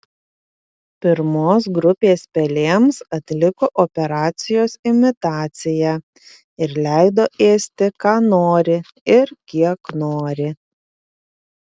pirmos grupės pelėms atliko operacijos imitaciją ir leido ėsti ką nori ir kiek nori